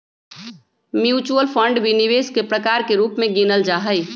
mutual fund भी निवेश के प्रकार के रूप में गिनल जाहई